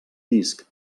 disc